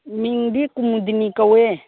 ꯃꯤꯡꯗꯤ ꯀꯨꯃꯨꯗꯤꯅꯤ ꯀꯧꯋꯦ